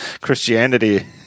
Christianity